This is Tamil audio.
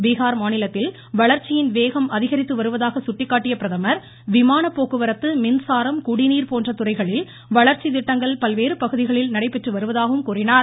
பீகார் மாநிலத்தில் வளர்ச்சியின் வேகம் அதிகரித்து வருவதாக சுட்டிக்காட்டிய பிரதமர் விமான போக்குவரத்து மின்சாரம் குடிநீர் போன்ற துறைகளில் வளர்ச்சி திட்டங்கள் பல்வேறு பகுதிகளில் நடைபெற்றுவருவதாக தெரிவித்தார்